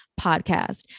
podcast